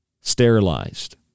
sterilized